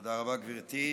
תודה רבה, גברתי.